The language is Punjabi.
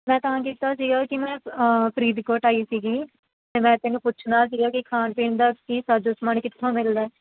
ਮੈਂ ਤਾਂ ਕੀਤਾ ਸੀਗਾ ਕਿ ਮੈਂ ਫਰੀਦਕੋਟ ਆਈ ਸੀਗੀ ਅਤੇ ਮੈਂ ਤੈਨੂੰ ਪੁੱਛਣਾ ਸੀਗਾ ਕਿ ਖਾਣ ਪੀਣ ਦਾ ਕੀ ਸਾਜੋ ਸਮਾਨ ਕਿੱਥੋਂ ਮਿਲਦਾ